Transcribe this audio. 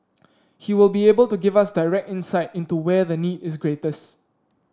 he will be able to give us direct insight into where the need is greatest